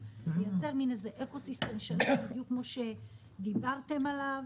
וייצר מין אקוסיסטם שלם כמו שאמרו פה.